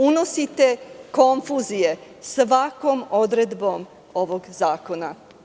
Unosite konfuzije svakom odredbom ovog zakona.